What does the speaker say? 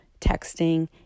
texting